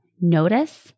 Notice